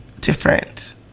different